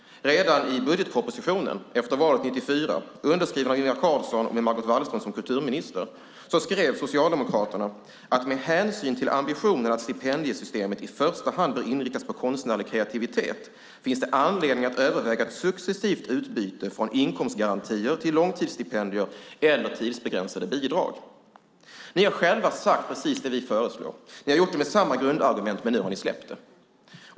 Redan i budgetpropositionen efter valet 1994, underskriven av Ingvar Carlsson med Margot Wallström som kulturminister, skrev Socialdemokraterna att det med hänsyn till ambitionen att stipendiesystemet i första hand bör inriktas på konstnärlig kreativitet finns anledning att överväga ett successivt utbyte från inkomstgarantier till långtidsstipendier eller tidsbegränsade bidrag. Ni har själva sagt precis det vi föreslår. Ni har gjort det med samma grundargument, men nu har ni släppt det.